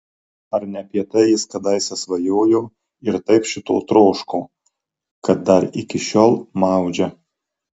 ar ne apie tai jis kadaise svajojo ir taip šito troško kad dar iki šiol maudžia